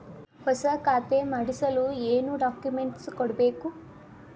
ಹೊಸ ಖಾತೆ ಮಾಡಿಸಲು ಏನು ಡಾಕುಮೆಂಟ್ಸ್ ಕೊಡಬೇಕು?